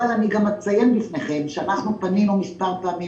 אבל אני גם אציין בפניכם שפנינו מספר פעמים